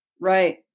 Right